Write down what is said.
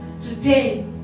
today